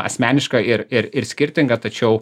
asmeniška ir ir ir skirtinga tačiau